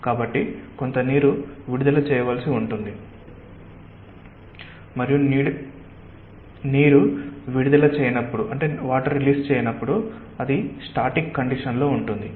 కాబట్టి కొంత నీరు విడుదల చేయవలసి ఉంటుంది మరియు నీరు విడుదల చేయనప్పుడు అది స్టాటిక్ కండిషన్ లో ఉంటుంది